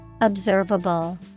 observable